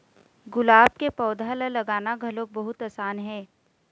गुलाब के पउधा ल लगाना घलोक बहुत असान हे